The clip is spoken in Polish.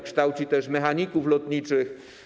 Kształci też mechaników lotniczych.